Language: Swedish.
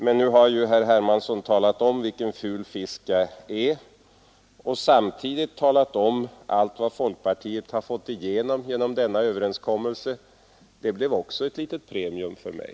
Men nu har herr Hermansson talat om vilken ful fisk jag är och samtidigt berättat om allt vad folkpartiet fått igenom med denna överenskommelse. Det blev också ett litet premium för mig!